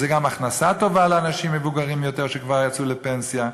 וזו גם הכנסה טובה לאנשים מבוגרים יותר שכבר יצאו לפנסיה.